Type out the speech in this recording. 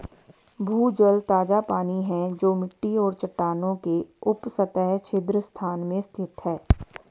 भूजल ताजा पानी है जो मिट्टी और चट्टानों के उपसतह छिद्र स्थान में स्थित है